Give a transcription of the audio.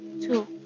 Two